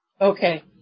Okay